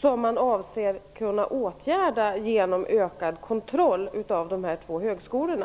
som man avser kunna åtgärda genom ökad kontroll av de två högskolorna?